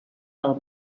del